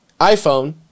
iPhone